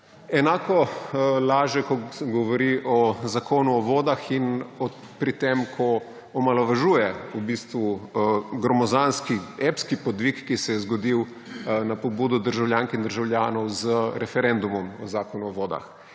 Enako laže, ko govori o Zakonu o vodah, in pri tem, ko omalovažuje v bistvu gromozanski epski podvig, ki se je zgodil na pobudo državljank in državljanov z referendumom o Zakonu o vodah.